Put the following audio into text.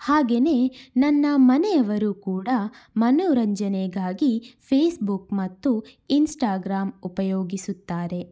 ಹಾಗೆಯೇ ನನ್ನ ಮನೆಯವರು ಕೂಡ ಮನೋರಂಜನೆಗಾಗಿ ಫೇಸ್ಬುಕ್ ಮತ್ತು ಇನ್ಸ್ಟಾಗ್ರಾಮ್ ಉಪಯೋಗಿಸುತ್ತಾರೆ